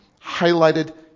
highlighted